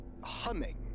humming